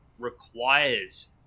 requires